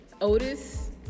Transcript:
Otis